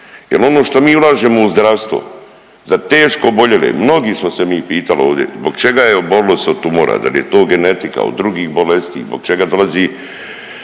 jel ono što mi ulažemo u zdravstvo za teško oboljele, mnogi smo se mi pitali ovdje zbog čega je obolilo se od tumora, dal je to genetika, od drugih bolesti zbog čega dolazi